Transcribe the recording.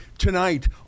Tonight